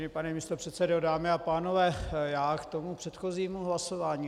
Vážený pane místopředsedo, dámy a pánové, já k tomu předchozímu hlasování.